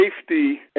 safety